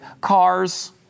Cars